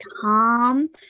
calm